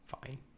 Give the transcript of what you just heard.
Fine